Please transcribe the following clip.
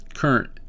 current